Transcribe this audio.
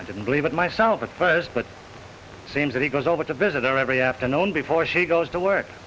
i didn't believe it myself at first but it seems that he goes over to visit there every afternoon before she goes to work